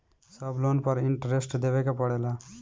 सब लोन पर इन्टरेस्ट देवे के पड़ेला?